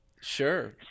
sure